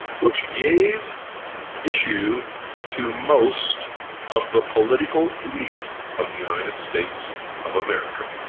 which gave issue to most of the political elite of the united states of america,